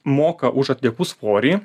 moka už atliekų svorį